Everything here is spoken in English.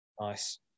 Nice